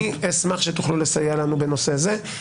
אני אשמח שתוכלו לסייע לנו בנושא הזה.